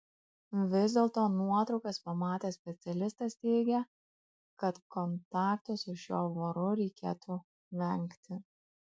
vis dėlto nuotraukas pamatęs specialistas teigė kad kontakto su šiuo voru reikėtų vengti